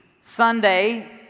Sunday